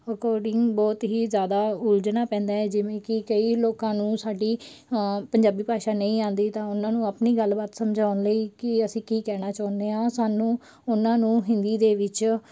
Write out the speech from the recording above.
according ਬਹੁਤ ਹੀ ਜ਼ਿਆਦਾ ਉਲਝਣਾ ਪੈਂਦਾ ਹੈ ਜਿਵੇਂ ਕਿ ਕਈ ਲੋਕਾਂ ਨੂੰ ਸਾਡੀ ਪੰਜਾਬੀ ਭਾਸ਼ਾ ਨਹੀਂ ਆਉਂਦੀ ਤਾਂ ਉਹਨਾਂ ਨੂੰ ਆਪਣੀ ਗੱਲਬਾਤ ਸਮਝਾਉਣ ਲਈ ਕਿ ਅਸੀਂ ਕੀ ਕਹਿਣਾ ਚਾਹੁੰਦੇ ਹਾਂ ਸਾਨੂੰ ਉਹਨਾਂ ਨੂੰ ਹਿੰਦੀ ਦੇ ਵਿੱਚ